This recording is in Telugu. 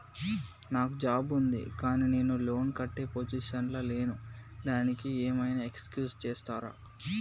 నాకు జాబ్ ఉంది కానీ నేను లోన్ కట్టే పొజిషన్ లా లేను దానికి ఏం ఐనా ఎక్స్క్యూజ్ చేస్తరా?